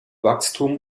wachstum